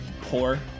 poor